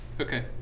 Okay